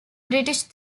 british